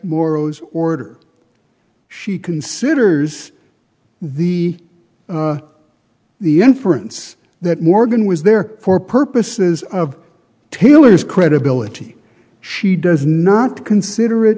morrow's order she considers the the inference that morgan was there for purposes of taylor's credibility she does not consider